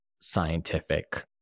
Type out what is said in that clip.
scientific